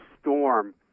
storm